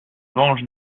venge